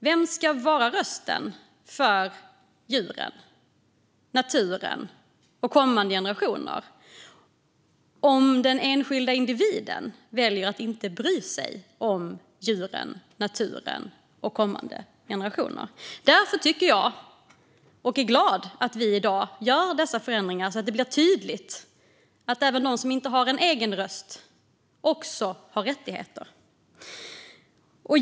Vem ska vara rösten för djuren, naturen och kommande generationer om den enskilda individen väljer att inte bry sig om djuren, naturen och kommande generationer? Därför tycker jag att det är bra och är glad över att vi i dag gör dessa förändringar så att det blir tydligt att även de som inte har en egen röst har rättigheter.